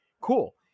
cool